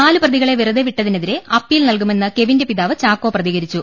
നാല് പ്രതികളെ വെറുതെ വിട്ടതിനെ തിരെ അപ്പീൽ നൽകുമെന്ന് കെവിന്റെ പിതാവ് ചാക്കോ പ്രതിക രിച്ചു